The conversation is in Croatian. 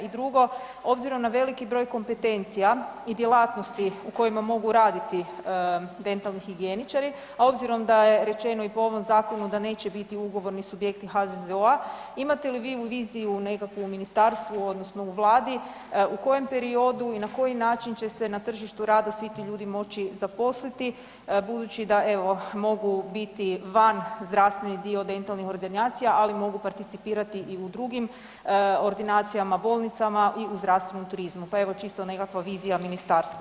I drugo, obzirom na veliki broj kompetencija i djelatnosti u kojima mogu raditi dentalni higijeničari, a obzirom da je rečeno i po ovom zakonu da neće biti ugovorni subjekti HZZO-a, imate li vi viziju nekakvu u ministarstvu odnosno u Vladi u kojem periodu i na koji način će se na tržištu rada svi ti ljudi moći zaposliti budući da evo mogu biti van zdravstveni dio dentalnih ordinacija ali mogu participirati i u drugim ordinacijama, bolnicama i u zdravstvenom turizmu, pa evo čisto nekakva vizija ministarstva.